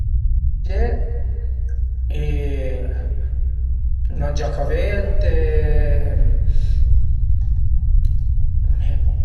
e 'na giaca a vent e bon